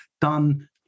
done